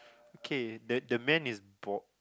okay then the man is bald